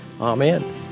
Amen